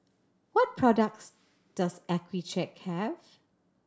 what products does Accucheck have